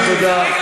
אוי ברושי,